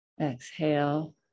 Exhale